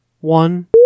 One